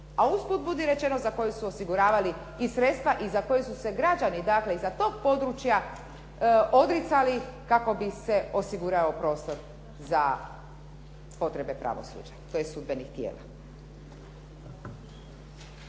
a usput budi rečeno za koju su osiguravali i sredstva i za koji su se građani, dakle i sa tog područja odricali kako bi se osigurao prostor za potrebe pravosuđa, tj. sudbenih tijela.